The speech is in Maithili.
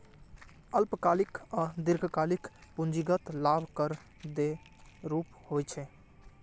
अल्पकालिक आ दीर्घकालिक पूंजीगत लाभ कर के दू रूप होइ छै